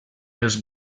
els